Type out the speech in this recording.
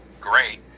great